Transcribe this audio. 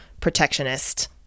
protectionist